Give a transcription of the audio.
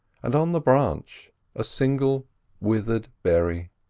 and on the branch a single withered berry.